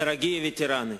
דאראגיי וטראני,